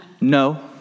No